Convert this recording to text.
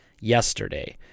yesterday